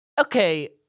Okay